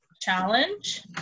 challenge